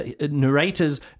narrators